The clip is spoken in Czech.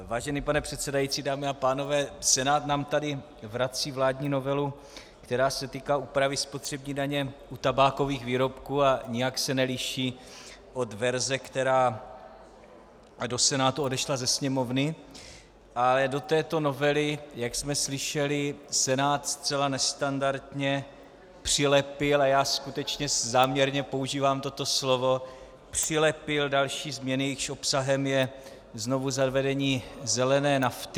Vážený pane předsedající, dámy a pánové, Senát nám tady vrací vládní novelu, která se týká úpravy spotřební daně u tabákových výrobků a nijak se neliší od verze, která do Senátu odešla ze Sněmovny, ale do této novely, jak jsme slyšeli, Senát zcela nestandardně přilepil a já skutečně záměrně používám toto slovo přilepil další změny, jejichž obsahem je znovuzavedení zelené nafty.